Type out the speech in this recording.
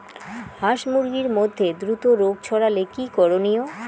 হাস মুরগির মধ্যে দ্রুত রোগ ছড়ালে কি করণীয়?